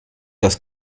das